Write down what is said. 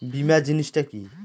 বীমা জিনিস টা কি?